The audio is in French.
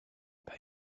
pas